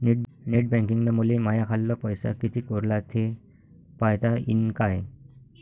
Net बँकिंगनं मले माह्या खाल्ल पैसा कितीक उरला थे पायता यीन काय?